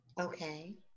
Okay